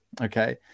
okay